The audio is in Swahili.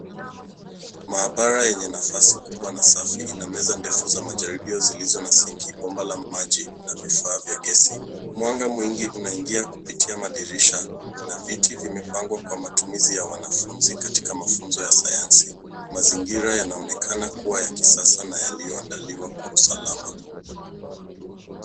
Maabara yenye nafasi kubwa na safi ina meza ndefu za majaribio zilizo na sinki, bomba la maji na vifaa vya gesi. Mwanga mwingi unaingia kupitia madirisha na viti vimepangwa kwa matumizi ya wanafunzi katika mafunzo ya sayansi. Mazingira yanaonekana kuwa ya kisasa na yaliyoandaliwa kwa usalama.